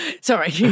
Sorry